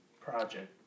project